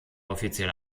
offizielle